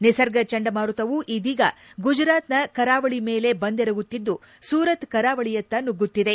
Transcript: ನಿಸರ್ಗ ಚಂಡ ಮಾರುತವು ಇದೀಗ ಗುಜರಾತ್ನ ಕರಾವಳಿ ಮೇಲೆ ಬಂದೆರಗುತ್ತಿದ್ದು ಸೂರತ್ ಕರಾವಳಿಯತ್ತ ನುಗ್ಗುತ್ತಿದೆ